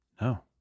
No